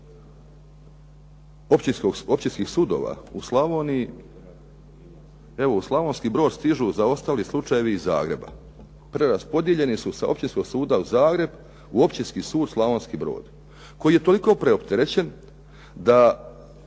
općinskih sudova u Slavoniji, evo u Slavonski Brod stižu zaostali slučajevi iz Zagreba. Preraspodijeljeni su sa Općinskog suda u Zagrebu u Općinski sud Slavonski Brod koji je toliko preopterećen da